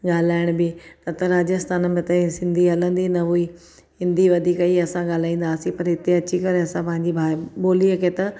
ॻाल्हाइण बि न त राजस्थान में त सिंधी हलंदी न हुई हिंदी वधीक ही असां ॻाल्हाईंदा हुआसीं पर हिते अची करे असां पांहिंजी भा ॿोलीअ खे त